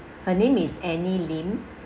her name is annie lim